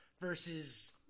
versus